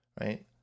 Right